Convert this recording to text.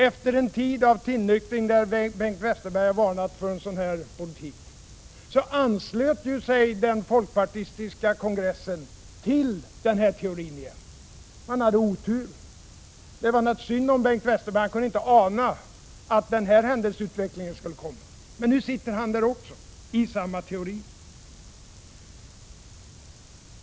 Efter en tid av tillnyktring, då Bengt Westerberg varnade för en sådan politik, anslöt sig det folkpartistiska landsmötet till den teorin igen. Man hade otur. Det var synd om Bengt Westerberg, för han kunde inte ana att den här händelseutvecklingen skulle komma. Men nu sitter han där också i samma teori.